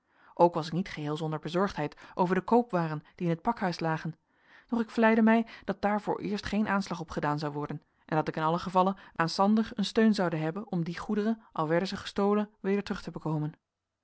ook was ik niet geheel zonder bezorgdheid over de koopwaren die in het pakhuis lagen doch ik vleide mij dat daar vooreerst geen aanslag op gedaan zou worden en dat ik in allen gevalle aan sander een steun zoude hebben om die goederen al werden zij gestolen weder terug te bekomen